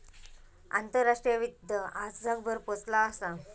आंतराष्ट्रीय वित्त आज जगभर पोचला असा